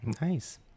Nice